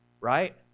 Right